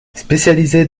spécialisé